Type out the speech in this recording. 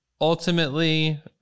Ultimately